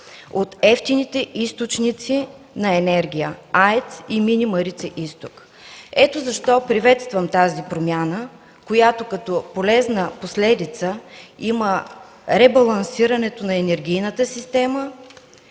от евтините източници на енергия – АЕЦ и Марица изток. Ето защо приветствам тази промяна, която има като полезна последица ребалансирането на енергийната система,